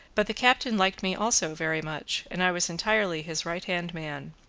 but the captain liked me also very much, and i was entirely his right-hand man.